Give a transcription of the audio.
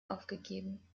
aufgegeben